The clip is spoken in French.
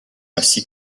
ainsi